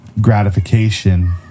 gratification